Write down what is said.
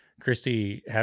Christy